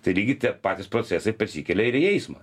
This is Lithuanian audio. tai lygiai tie patys procesai persikelia ir į eismą